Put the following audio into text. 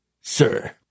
sir